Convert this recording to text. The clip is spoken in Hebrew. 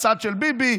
הצד של ביבי,